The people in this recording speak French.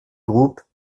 groupes